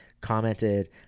commented